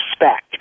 respect